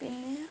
പിന്നെ